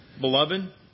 Beloved